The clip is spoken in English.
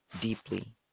deeply